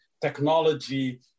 technology